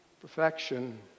perfection